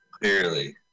Clearly